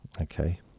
Okay